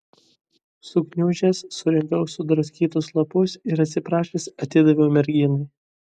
sugniužęs surinkau sudraskytus lapus ir atsiprašęs atidaviau merginai